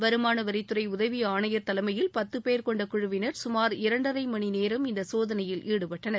வருமான வரித்துறை உதவி ஆணையர் தலைமையில் பத்து பேர் கொண்ட குழுவினர் சுமார் இரண்டரை மணிநேரம் இந்த சோதனையில் ஈடுபட்டனர்